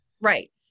Right